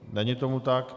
Není tomu tak?